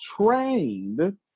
trained